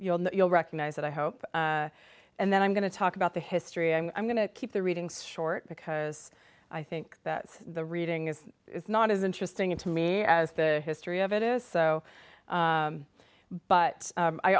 people you'll recognize that i hope and then i'm going to talk about the history and i'm going to keep the readings short because i think that the reading is not as interesting to me as the history of it is so but